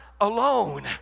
alone